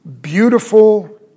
beautiful